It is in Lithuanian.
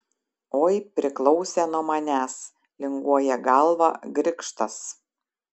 oi priklausė nuo manęs linguoja galvą grikštas